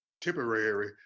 temporary